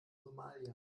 somalia